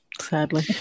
sadly